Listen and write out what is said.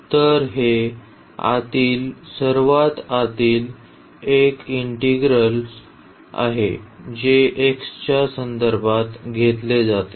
तर हे आतील सर्वात आतील एक इंटिग्रल्स आहे जे x च्या संदर्भात घेतले जाते